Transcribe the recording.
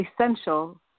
essential